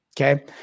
Okay